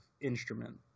instrument